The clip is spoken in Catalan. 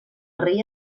rei